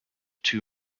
two